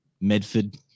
Medford